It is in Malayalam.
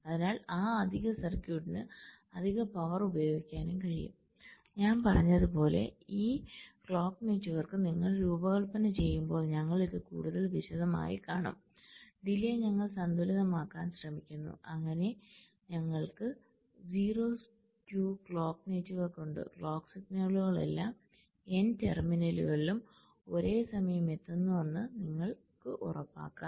അതിനാൽ ആ അധിക സർക്യൂട്ടിന് അധിക പവർ ഉപയോഗിക്കാനും കഴിയും ഞാൻ പറഞ്ഞതുപോലെ ഈ ക്ലോക്ക് നെറ്റ്വർക്ക് നിങ്ങൾ രൂപകൽപ്പന ചെയ്യുമ്പോൾ ഞങ്ങൾ ഇത് കൂടുതൽ വിശദമായി കാണും ഡിലെ ഞങ്ങൾ സന്തുലിതമാക്കാൻ ശ്രമിക്കുന്നു അങ്ങനെ ഞങ്ങൾക്ക് 0 സ്ക്യൂ ക്ലോക്ക് നെറ്റ്വർക്ക് ഉണ്ട് ക്ലോക്ക് സിഗ്നലുകൾ എല്ലാ n ടെർമിനലുകളിലും ഒരേ സമയം എത്തുന്നുവെന്ന് നിങ്ങൾക്ക് ഉറപ്പാക്കാം